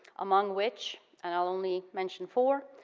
among which, and i'll only mention four,